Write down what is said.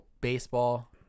baseball